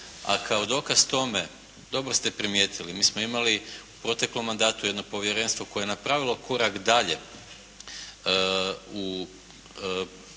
A kao dokaz tome dobro ste primijetili mi smo imali u proteklom mandatu jedno povjerenstvo koje je napravilo korak dalje u, na